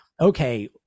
okay